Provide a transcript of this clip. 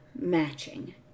matching